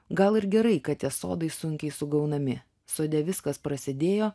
gal ir gerai kad tie sodai sunkiai sugaunami sode viskas prasidėjo